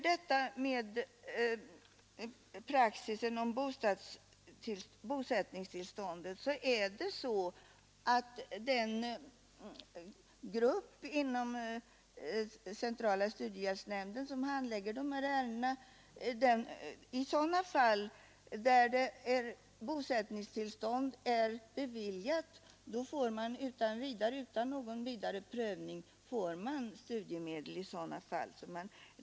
Det förhåller sig vidare så, att den grupp inom centrala studiehjälpsnämnden, som handlägger de här ärendena, i sådana fall där bosättningstillstånd är beviljat utan vidare prövning ger studiemedel.